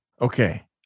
Okay